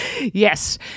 Yes